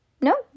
No